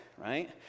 right